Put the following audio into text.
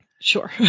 Sure